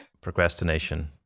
procrastination